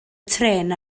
trên